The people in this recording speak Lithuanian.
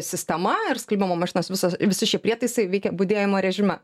sistema ir skalbimo mašinos visos visi šie prietaisai veikia budėjimo režime